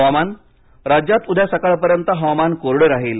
हवामान राज्यात उद्या सकाळपर्यंत हवामान कोरडं राहील